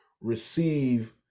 receive